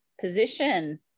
position